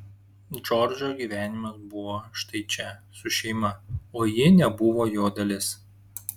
džordžo gyvenimas buvo štai čia su šeima o ji nebuvo jo dalis